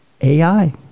AI